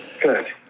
good